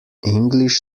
english